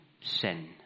sin